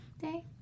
Day